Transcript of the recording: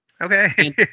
okay